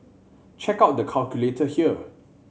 check out the calculator here